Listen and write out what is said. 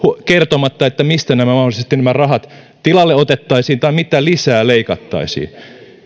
kertomatta mistä nämä rahat mahdollisesti tilalle otettaisiin tai mitä lisää leikattaisiin